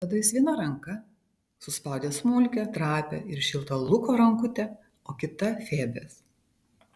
tada jis viena ranka suspaudė smulkią trapią ir šiltą luko rankutę o kita febės